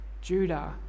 Judah